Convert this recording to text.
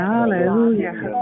Hallelujah